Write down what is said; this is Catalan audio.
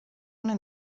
una